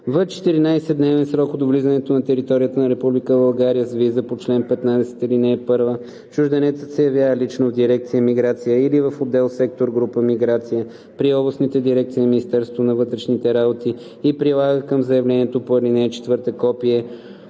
В 7-дневен срок от влизането на територията на Република България с виза по чл. 15, ал. 1 чужденецът се явява лично в дирекция „Миграция“ или в отдел/сектор/група „Миграция“ при областните дирекции на Министерството на вътрешните работи и прилага към заявлението по ал. 7 копие